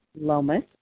Lomas